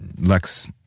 Lex